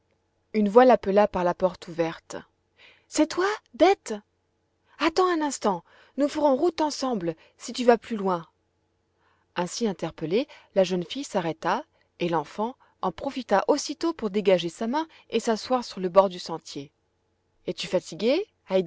une voix l'appela par la porte ouverte c'est toi dete attends un instant nous ferons route ensemble si tu vas plus loin ainsi interpellée la jeune fille s'arrêta et l'enfant en profita aussitôt pour dégager sa main et s'asseoir sur le bord du sentier es-tu fatiguée